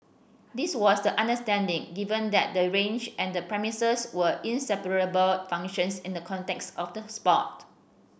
this was the understanding given that the range and the premises were inseparable functions in the context of the sport